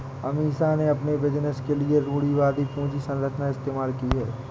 अमीषा ने अपने बिजनेस के लिए रूढ़िवादी पूंजी संरचना इस्तेमाल की है